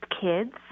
kids